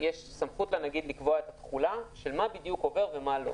בסוף יש סמכות לנגיד לקבוע את התחולה של מה בדיוק עובד ומה לא.